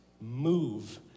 move